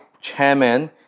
chairman